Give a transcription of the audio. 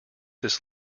this